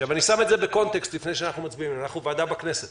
אני שם את זה בקונטקסט לפני שאנחנו מצביעים: אנחנו ועדה מוועדות הכנסת